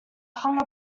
hung